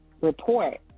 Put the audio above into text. report